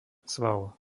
sval